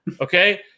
Okay